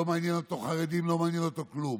לא מעניין אותו חרדים, לא מעניין אותו כלום.